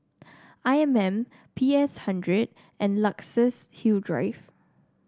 I M M P S hundred and Luxus Hill Drive